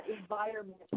environment